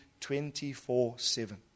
24-7